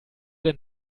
denn